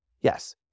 yes